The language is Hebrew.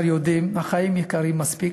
החיים יקרים מספיק,